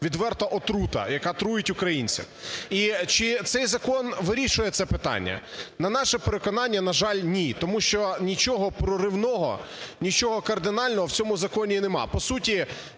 відверта отрута, яка труїть українців. І чи цей закон вирішує це питання? На наше переконання, на жаль, ні, тому що нічого проривного, нічого кардинального в цьому законі нема.